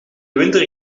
winter